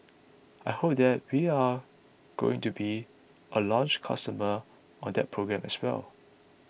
I hope that we're going to be a launch customer on that program as well